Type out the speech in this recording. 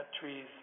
trees